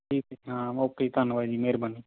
ਠੀਕ ਠੀਕ ਹਾਂ ਓਕੇ ਜੀ ਧੰਨਵਾਦ ਜੀ ਮੇਹਰਬਾਨੀ